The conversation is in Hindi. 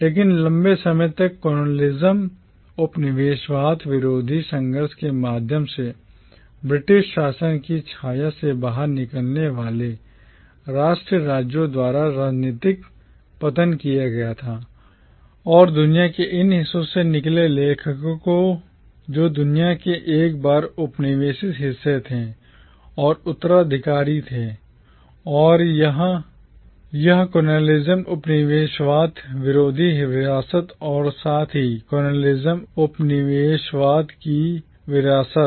लेकिन लंबे समय तक colonialism उपनिवेशवाद विरोधी संघर्ष के माध्यम से British ब्रिटिश शासन की छाया से बाहर निकलने वाले राष्ट्र राज्यों द्वारा राजनीतिक पतन किया गया था और दुनिया के इन हिस्सों से निकले लेखकों जो दुनिया के एक बार उपनिवेशित हिस्से थे के उत्तराधिकारी थे यह colonialism उपनिवेशवाद विरोधी विरासत और साथ ही colonialism उपनिवेशवाद की विरासत